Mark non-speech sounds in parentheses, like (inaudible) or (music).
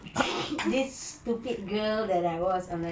(laughs) this stupid girl that I was like I'm like